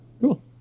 Cool